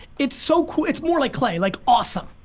it's so cool, it's more like clay, like awesome,